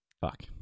Fuck